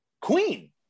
Queen